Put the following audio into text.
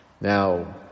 Now